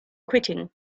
quitting